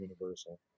universal